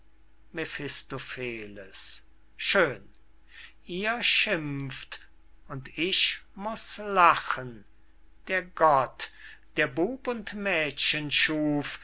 mephistopheles schön ihr schimpft und ich muß lachen der gott der bub und mädchen schuf